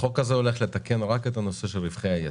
החוק הזה הולך לתקן רק את הנושא של רווחי היתר?